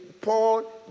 Paul